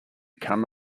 come